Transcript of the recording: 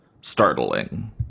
startling